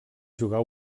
jugar